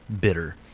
bitter